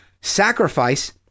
Sacrifice